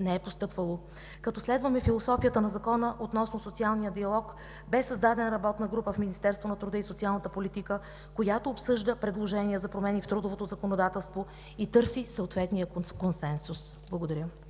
не е постъпвало. Като следваме философията на Закона относно социалния диалог, бе създадена работна група в Министерството на труда и социалната политика, която обсъжда предложения за промени в трудовото законодателство и търси съответния консенсус. Благодаря. ПРЕДСЕДАТЕЛ ЦВЕТА КАРАЯНЧЕВА: